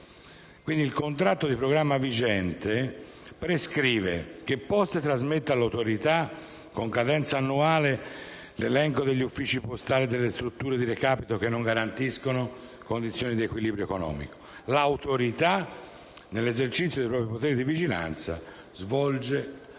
Il contratto di programma vigente prescrive che Poste SpA trasmetta all'Autorità, con cadenza annuale, l'elenco degli uffici postali e delle strutture di recapito che non garantiscono condizioni di equilibrio economico e che l'Autorità, nell'esercizio dei propri poteri di vigilanza, svolga